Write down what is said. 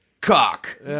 cock